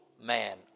man